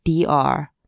DR